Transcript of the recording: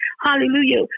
Hallelujah